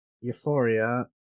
Euphoria